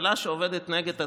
ממשלה שעובדת נגד עצמה,